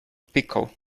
pickle